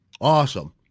Awesome